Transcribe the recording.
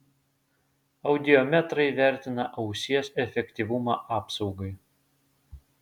audiometrai vertina ausies efektyvumą apsaugai